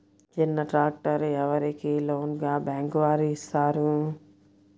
చిన్న ట్రాక్టర్ ఎవరికి లోన్గా బ్యాంక్ వారు ఇస్తారు?